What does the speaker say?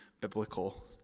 biblical